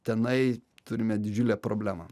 tenai turime didžiulę problemą